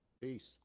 peace